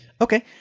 Okay